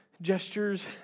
gestures